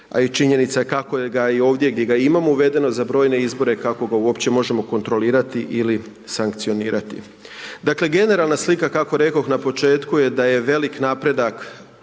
a i činjenica kako ga je i ovdje gdje ga imamo uvedeno, za brojne izbore, kako ga uopće možemo kontrolirati ili sankcionirati. Dakle, generalna slika kako rekoh na početku da je veliki napredak